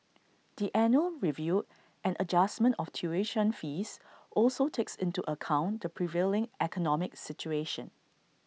the annual review and adjustment of tuition fees also takes into account the prevailing economic situation